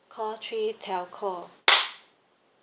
call three telco